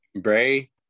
Bray